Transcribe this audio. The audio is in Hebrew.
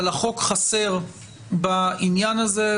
אבל החוק חסר בעניין הזה,